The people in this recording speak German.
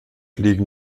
liegen